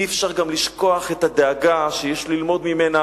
אי-אפשר גם לשכוח את הדאגה, שיש ללמוד ממנה,